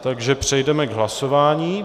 Takže přejdeme k hlasování.